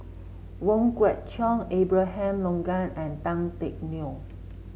Wong Kwei Cheong Abraham Logan and Tan Teck Neo